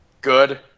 good